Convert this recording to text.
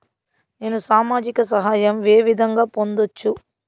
నేను సామాజిక సహాయం వే విధంగా పొందొచ్చు?